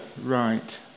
right